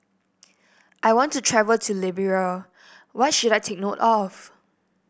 I want to travel to Liberia what should I take note of